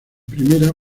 primera